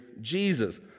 Jesus